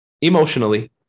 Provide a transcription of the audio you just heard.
Emotionally